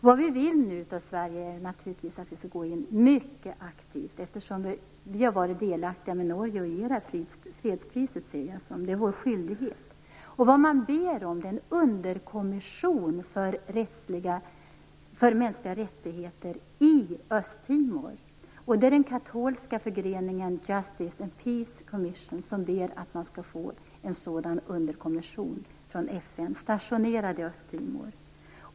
Vad vi vill är att Sverige nu skall gå in mycket aktivt. Eftersom vi har varit delaktiga med Norge om att ge fredspriset är det vår skyldighet. Vad man ber om är en underkommission för mänskliga rättigheter i Östtimor. Det är den katolska förgreningen Justice and Peace Commission som ber att få en sådan underkommission från FN stationerad i Östtimor.